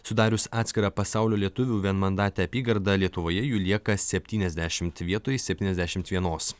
sudarius atskirą pasaulio lietuvių vienmandatę apygardą lietuvoje jų lieka septyniasdešimt vietoj septyniasdešimt vienos